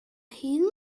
hin